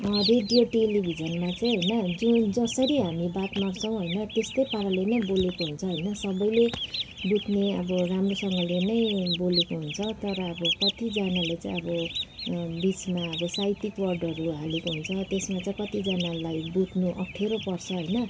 radio टेलिभिजनमा चाहिँ होइन जो जसरी हामी बात मार्छौँ होइन त्यसतै पाराले नै बोलेको हुन्छ होइन सबैले बुझ्ने अब राम्रोसँगले नै बोलेको हुन्छ तर अब कति जनाले चाहिँ अब बिचमा अब साहित्यिक वर्डहरू हालेको हुन्छ त्यसमा चाहिँ कति जनालाई बुझ्नु अफ्ठ्यारो पर्छ होइन